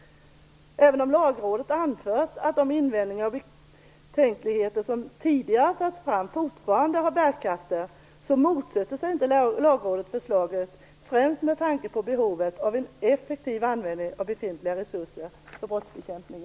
Även om Lagrådet har anfört att de invändningar och betänkligheter som tidigare har förts fram fortfarande har bärkraft motsätter sig inte Lagrådet förslaget, främst med tanke på behovet av en effektiv användning av befintliga resurser för brottsbekämpning.